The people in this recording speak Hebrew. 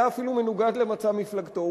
היה אפילו מנוגד למצע מפלגתו,